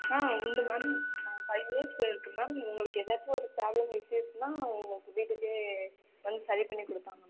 ஆ உண்டு ma'am five years இருக்கு ma'am உங்களுக்கு ஏதாச்சும் ஒரு ப்ராப்ளம் இஷ்யூஸ்ன்னா உங்களுக்கு வீட்டுக்கே வந்து சரி பண்ணிக் கொடுப்பாங்க மேம்